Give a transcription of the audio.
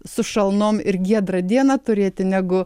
su šalnom ir giedrą dieną turėti negu